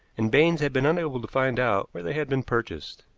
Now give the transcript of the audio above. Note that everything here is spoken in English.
and baines had been unable to find out where they had been purchased.